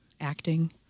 Acting